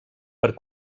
per